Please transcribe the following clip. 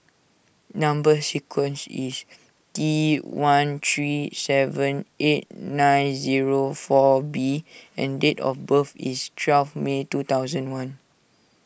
Number Sequence is T one three seven eight nine zero four B and date of birth is twelve May two thousand and one